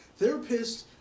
Therapists